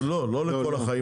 זה לא לכל החיים.